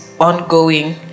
ongoing